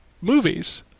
movies